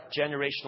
generational